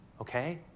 okay